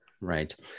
Right